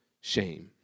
shame